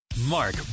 Mark